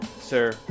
sir